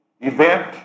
event